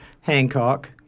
Hancock